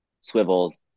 swivels